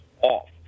off